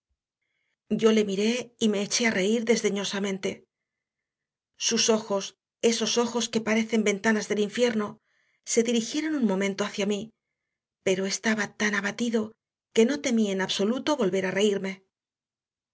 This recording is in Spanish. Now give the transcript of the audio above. yo le miré y me eché a reír desdeñosamente sus ojos esos ojos que parecen ventanas del infierno se dirigieron un momento hacia mí pero estaba tan abatido que no temí en absoluto volver a reírme